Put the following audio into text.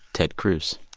ted cruz?